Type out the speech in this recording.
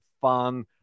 fun